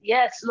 Yes